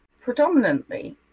Predominantly